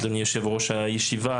אדוני יושב ראש הישיבה.